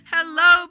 Hello